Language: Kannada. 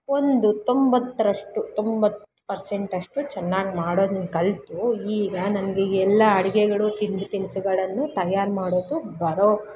ಒಂದು ತೊಂಬತ್ತರಷ್ಟು ತೊಂಬತ್ತು ಪರ್ಸೆಂಟಷ್ಟು ಚೆನ್ನಾಗ್ ಮಾಡೋದನ್ನು ಕಲಿತು ಈಗ ನನಗೆ ಎಲ್ಲ ಅಡುಗೆಗಳು ತಿಂಡಿ ತಿನಿಸುಗಳನ್ನು ತಯಾರು ಮಾಡೋಕು ಬರೊ